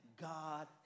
God